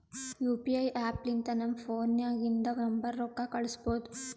you P I app ಲಿಂತ ನಮ್ ಫೋನ್ನಾಗಿಂದ ನಂಬರ್ಗ ರೊಕ್ಕಾ ಕಳುಸ್ಬೋದ್